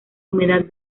humedad